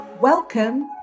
Welcome